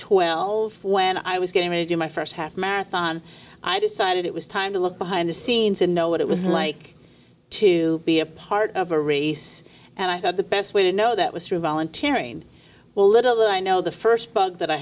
twelve when i was getting ready to do my st half marathon i decided it was time to look behind the scenes and know what it was like to be a part of a race and i thought the best way to know that was through volunteering well little i know the st book that i